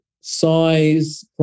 size